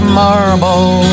marble